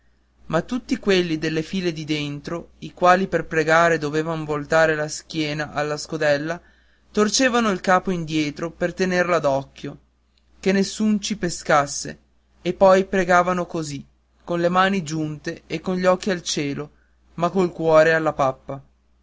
ma tutti quelli delle file di dentro i quali per pregare dovevan voltar la schiena alla scodella torcevano il capo indietro per tenerla d'occhio che nessuno ci pescasse e poi pregavano così con le mani giunte e con gli occhi al cielo ma col cuore alla pappa